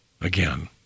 again